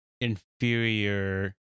inferior